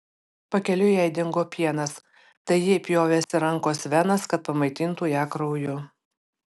pakeliui jai dingo pienas tai ji pjovėsi rankos venas kad pamaitintų ją krauju